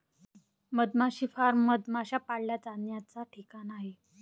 मधमाशी फार्म मधमाश्या पाळल्या जाण्याचा ठिकाण आहे